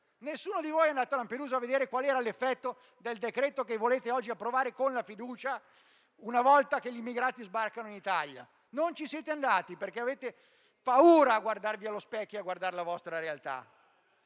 nessuno di voi è andato a Lampedusa a vedere qual era l'effetto del decreto che volete oggi approvare con la fiducia, una volta che gli immigrati sbarcano in Italia. Non ci siete andati perché avete paura a guardarvi allo specchio e a guardare la vostra realtà.